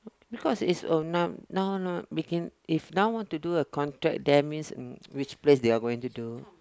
as long as it is a now now now begin it's now want to do a contract that means which place you are going to do